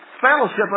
fellowship